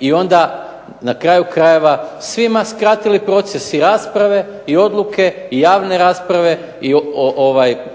i onda na kraju krajeva svima skratili proces rasprave i odluke i javne rasprave i